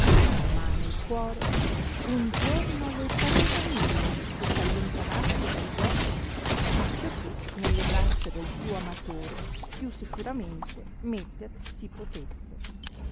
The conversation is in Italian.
ma nel cuore un giorno le pareva mille che s allontanasse da gli occhi acciò che nelle braccia del suo amatore più sicuramente metter si potesse